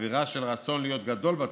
אווירה של רצון להיות גדול בתורה,